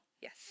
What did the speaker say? yes